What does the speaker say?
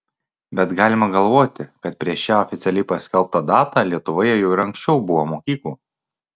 bet galima galvoti kad prieš šią oficialiai paskelbtą datą lietuvoje jau ir anksčiau buvo mokyklų